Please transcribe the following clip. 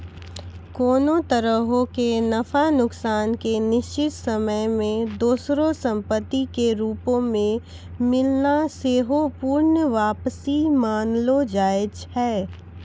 कोनो तरहो के नफा नुकसान के निश्चित समय मे दोसरो संपत्ति के रूपो मे मिलना सेहो पूर्ण वापसी मानलो जाय छै